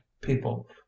people